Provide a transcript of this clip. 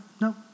no